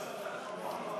בערבית: